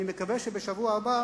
אני מקווה שבשבוע הבא